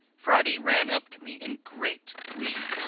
friday ran up to me in great glee,